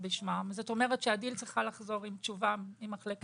הדיל צריכה לחזור עם תשובה ממחלקת הנוסח.